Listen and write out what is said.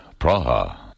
Praha